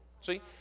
See